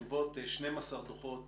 תשובות - 12 דוחות